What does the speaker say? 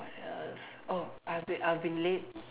but err oh I've been I've been late